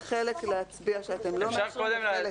על חלק אתם יכולים להצביע שאתם לא מאשרים ועל חלק כן.